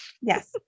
Yes